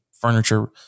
furniture